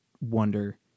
wonder